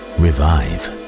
revive